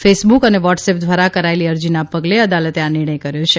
Facebook અને WhatsApp દ્વારા કરાયેલી અરજીના પગલે અદાલતે આ નિર્ણય કર્યો છે